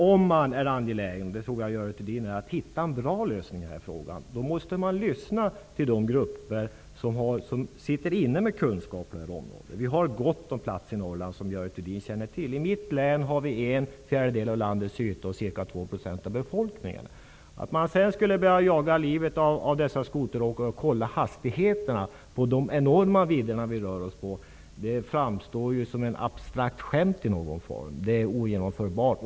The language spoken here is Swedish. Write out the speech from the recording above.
Om man är angelägen om att hitta en bra lösning på denna fråga -- det tror jag att Görel Thurdin är -- måste man lyssna till de grupper som sitter inne med kunskaperna. Görel Thurdin känner till att vi har gott om plats i Norrland. Mitt län utgör en fjärdedel av landets yta, och ca 2 % av befolkningen bor där. Att man skulle börja jaga livet av dessa skoteråkare och kolla vilka hastigheter de håller på dessa enorma vidder framstår som ett abstrakt skämt i någon form. Det är ogenomförbart.